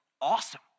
awesome